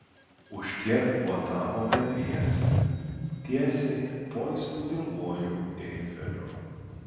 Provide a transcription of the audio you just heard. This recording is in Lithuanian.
už tiek puotavome dviese tiesiai po įspūdinguoju eifeliu